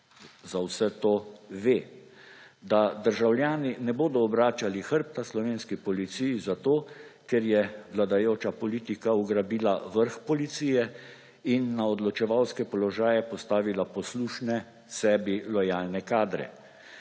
za vse to ve, da državljani ne bodo obračali hrbta slovenski policiji, zato ker je vladajoča politika ugrabila vrh policije in na odločevalske položaje postavila poslušne, sebi lojalne kadre.